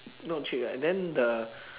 not cheap right then the